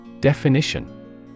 Definition